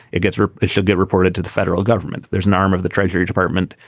it gets her it should get reported to the federal government. there's an arm of the treasury department,